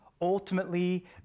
ultimately